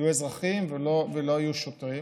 יהיו אזרחים ולא יהיו שוטרים.